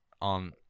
on –